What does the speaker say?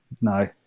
no